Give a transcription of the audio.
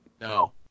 No